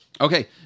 Okay